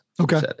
Okay